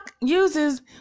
uses